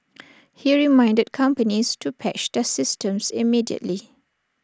he reminded companies to patch their systems immediately